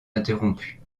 interrompue